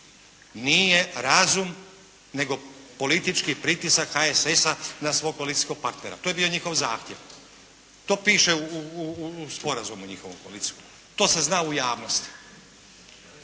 nije razum, nego politički pritisak HSS-a na svog koalicijskog partnera. To je bio njihov zahtjev. To piše u sporazumu njihovom koalicijskom. To se zna u javnosti.